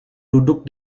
duduk